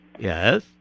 Yes